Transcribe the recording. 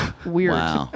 weird